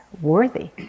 worthy